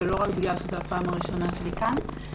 ולא רק בגלל שזו הפעם הראשונה שאני כאן.